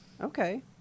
okay